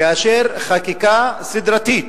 כאשר יש חקיקה סדרתית